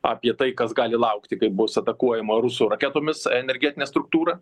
apie tai kas gali laukti kai bus atakuojama rusų raketomis energetinė struktūra